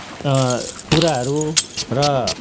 कुराहरू र